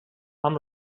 amb